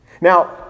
Now